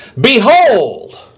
Behold